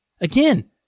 Again